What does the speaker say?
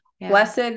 Blessed